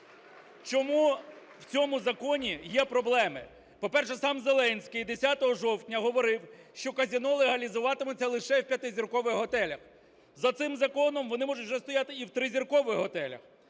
Чому в цьому законі є проблеми? По-перше, сам Зеленський 10 жовтня говорив, що казино легалізовуватимуться лише в п’ятизіркових готелях. За цим законом вони можуть вже стояти і в тризіркових готелях.